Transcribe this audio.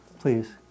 Please